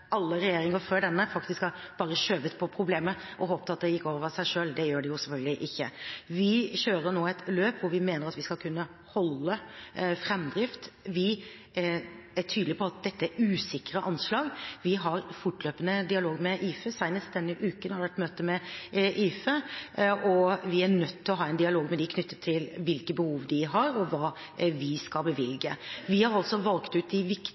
alle regjeringer før denne bare har skjøvet på problemet og håpet at det gikk over av seg selv. Det gjør det selvfølgelig ikke. Vi kjører nå et løp hvor vi mener at vi skal kunne holde framdrift. Vi er tydelige på at dette er usikre anslag. Vi har fortløpende dialog med IFE – senest denne uken har det vært møte med IFE – og vi er nødt til å ha en dialog med dem knyttet til hvilke behov de har, og hva vi skal bevilge. Vi har altså valgt ut de